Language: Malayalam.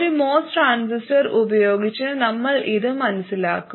ഒരു MOS ട്രാൻസിസ്റ്റർ ഉപയോഗിച്ച് നമ്മൾ ഇത് മനസ്സിലാക്കും